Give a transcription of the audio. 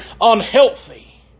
unhealthy